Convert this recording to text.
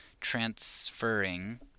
transferring